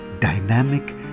dynamic